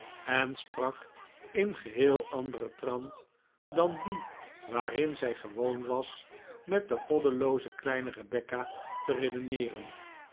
en sprak in geheel anderen trant dan dien waarin zij gewoon was met de goddelooze kleine rebecca te redeneeren